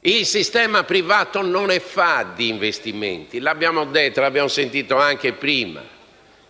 il sistema privato non fa investimenti, lo abbiamo detto e lo abbiamo sentito anche prima.